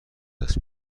دست